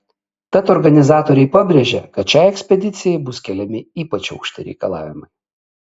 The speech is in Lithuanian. tad organizatoriai pabrėžia kad šiai ekspedicijai bus keliami ypač aukšti reikalavimai